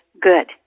good